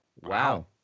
Wow